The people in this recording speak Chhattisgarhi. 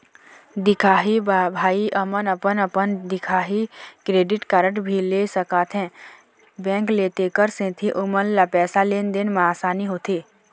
दिखाही भाई हमन अपन अपन दिखाही क्रेडिट कारड भी ले सकाथे बैंक से तेकर सेंथी ओमन ला पैसा लेन देन मा आसानी होथे?